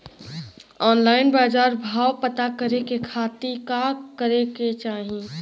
Online बाजार भाव पता करे के खाती का करे के चाही?